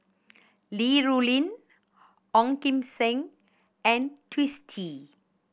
Li Rulin Ong Kim Seng and Twisstii